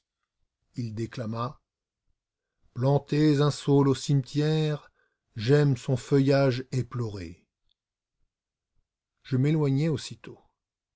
il déclama plantez un saule au cimetière j'aime son feuillage éploré je m'éloignai aussitôt